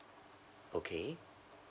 okay